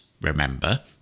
remember